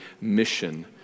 mission